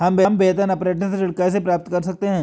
हम वेतन अपरेंटिस ऋण कैसे प्राप्त कर सकते हैं?